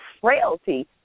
frailty